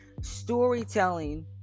storytelling